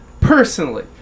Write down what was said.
personally